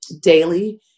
daily